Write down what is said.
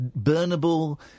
burnable